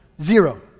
zero